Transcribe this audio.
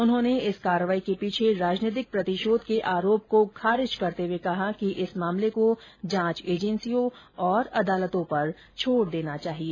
उन्होंने इस कार्रवाई के पीछे राजनीतिक प्रतिशोध के आरोप को खारिज करते हुए कहा कि इस मामले को जांच एजेंसियों और अदालतों पर छोड़ देना चाहिए